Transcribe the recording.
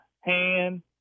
hand